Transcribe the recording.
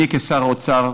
אני כשר אוצר,